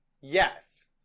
Yes